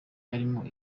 harimo